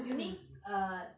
you mean err